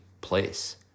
place